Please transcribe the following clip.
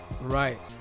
Right